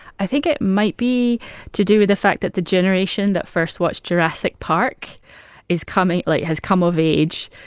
i think it might be to do with the fact that the generation that first watched jurassic park is coming like, has come of age,